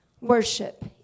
worship